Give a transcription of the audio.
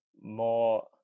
more